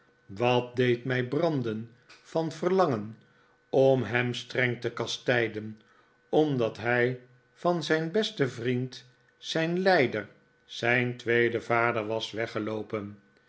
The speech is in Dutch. wat deed mij branden van verlangen om hem streng te kastijden omdat hij van zijn besten vriend zijn leider zijn tweeden vader was weggeloopen